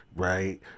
right